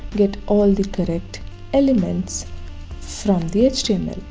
get all the correct elements from the html